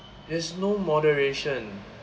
there's no moderation